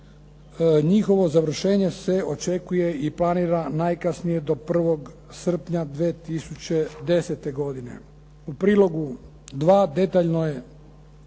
Njihovo završenje se očekuje i planira najkasnije dio 1. srpnja 2010. godine. U prilogu 2 detaljno je